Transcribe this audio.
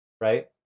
right